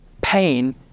pain